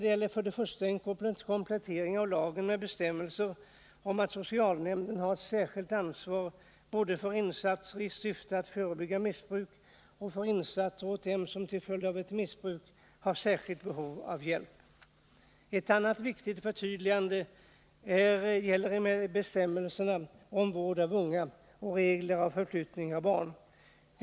Det gäller för det första en komplettering av lagen med bestämmelser om att socialnämnden har ett särskilt ansvar både för insatser i syfte att förebygga missbruk och för insatser åt den som till följd av ett missbruk har särskilt behov av hjälp. Ett annat viktigt förtydligande gäller bestämmelserna om vård av unga och regler för flyttning av barn.